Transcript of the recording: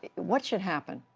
what should happen?